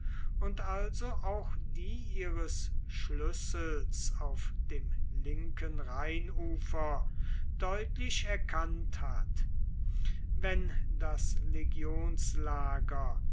und also auch die ihres schlüssels auf dem linken rheinufer deutlich erkannt hat wenn das